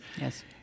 Yes